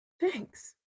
Thanks